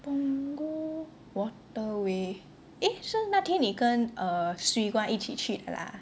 Punggol waterway eh so 那天你跟 Swee Guan 一起去的啦